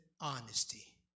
honesty